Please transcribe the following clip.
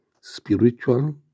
spiritual